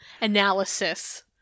analysis